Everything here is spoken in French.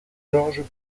georges